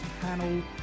panel